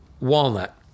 walnut